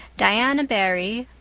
diana barry,